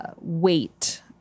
weight